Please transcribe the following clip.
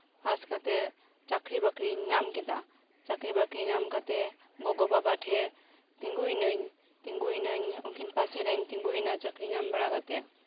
ᱯᱟᱥ ᱠᱟᱛᱮᱫ ᱪᱟᱹᱠᱨᱤ ᱵᱟᱹᱠᱨᱤᱧ ᱧᱟᱢ ᱠᱮᱫᱟ ᱪᱟᱹᱠᱨᱤ ᱵᱟᱹᱠᱨᱤ ᱧᱟᱢ ᱠᱟᱛᱮᱫ ᱜᱚᱜᱚ ᱵᱟᱵᱟ ᱴᱷᱮᱱ ᱛᱤᱸᱜᱩᱭᱱᱟᱹᱧ ᱛᱤᱸᱜᱩᱭᱱᱟᱹᱧ ᱩᱱᱠᱤᱱ ᱯᱟᱥᱮᱨᱮᱧ ᱛᱤᱸᱜᱩ ᱮᱱᱟ ᱪᱟᱹᱠᱨᱤ ᱧᱟᱢ ᱵᱟᱲᱟ ᱠᱟᱛᱮᱫ